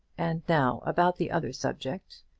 and now about the other subject,